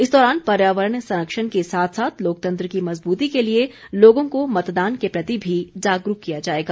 इस दौरान पर्यावरण संरक्षण के साथ साथ लोकतंत्र की मज़बूती के लिए लोगों को मतदान के प्रति भी जागरूक किया जाएगा